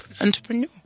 entrepreneur